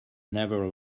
never